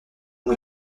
ont